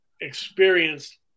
experienced